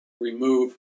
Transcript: remove